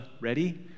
ready